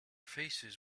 faces